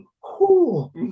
cool